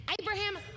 Abraham